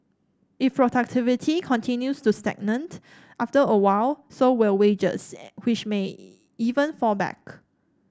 if productivity continues to stagnate after a while so will wages which may even fall back